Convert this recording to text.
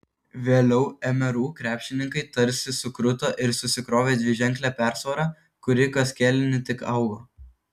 vėliau mru krepšininkai tarsi sukruto ir susikrovė dviženklę persvarą kuri kas kėlinį tik augo